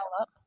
up